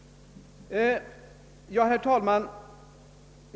Herr talman!